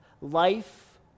life